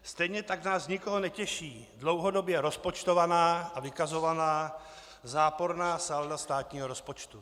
Stejně tak nás nikoho netěší dlouhodobě rozpočtovaná a vykazovaná záporná salda státního rozpočtu.